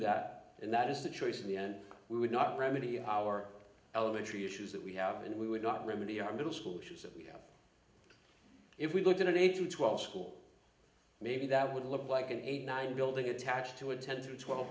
that and that is the choice in the end we would not remedy our elementary issues that we have and we would not remedy our middle school which is that we if we look at an age of twelve school maybe that would look like an eighty nine building attached to a ten to twelve